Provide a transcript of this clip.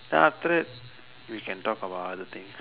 then after that we can talk about other things